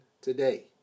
today